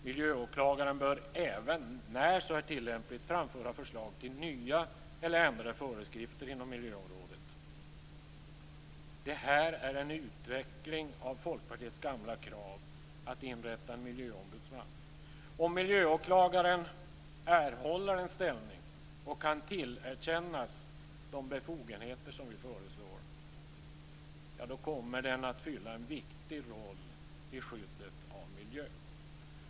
Miljöåklagaren bör även, när så är tillämpligt, framföra förslag till nya eller ändrade föreskrifter inom miljöområdet. Detta är en utveckling av Folkpartiets gamla krav att inrätta en miljöombudsman. Om miljöåklagaren erhåller en ställning och kan tillerkännas de befogenheter som vi föreslår kommer han att fylla en viktig roll i skyddet av miljön.